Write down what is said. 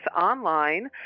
online